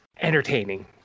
entertaining